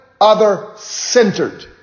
other-centered